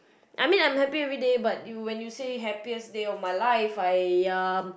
I mean I'm happy every day but you when you say happiest day of my life I ya